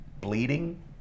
bleeding